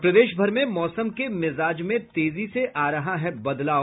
और प्रदेश भर में मौसम के मिजाज में तेजी से आ रहा है बदलाव